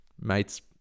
mates